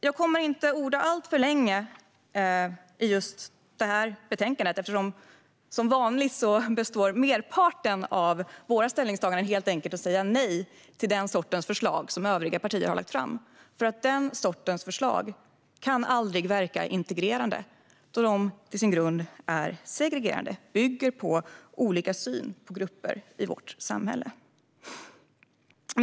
Jag kommer inte att orda alltför mycket om det här betänkandet. Som vanligt består merparten av våra ställningstaganden helt enkelt av att vi säger nej till den sortens förslag som övriga partier har lagt fram. Sådana förslag kan aldrig verka integrerande då de till sin grund är segregerande. De bygger på olika syn på grupper i vårt samhälle.